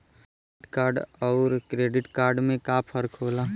Debit card अउर credit card में का फर्क होला?